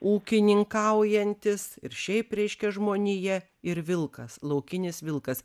ūkininkaujantis ir šiaip reiškia žmonija ir vilkas laukinis vilkas